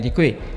Děkuji.